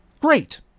great